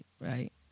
right